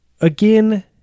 again